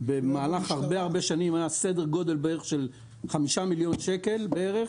במהלך הרבה שנים היה סדר גודל של חמישה מיליון בערך.